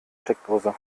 steckdose